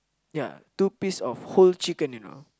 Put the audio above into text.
ya two piece of whole chicken you know